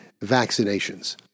vaccinations